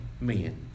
men